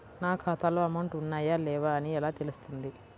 నా ఖాతాలో అమౌంట్ ఉన్నాయా లేవా అని ఎలా తెలుస్తుంది?